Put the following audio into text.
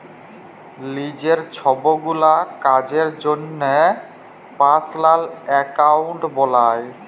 লিজের ছবগুলা কাজের জ্যনহে পার্সলাল একাউল্ট বালায়